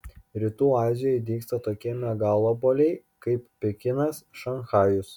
rytų azijoje dygsta tokie megalopoliai kaip pekinas šanchajus